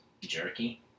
jerky